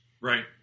Right